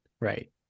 Right